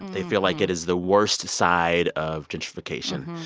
they feel like it is the worst side of gentrification.